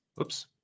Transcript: Oops